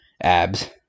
abs